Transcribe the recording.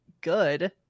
good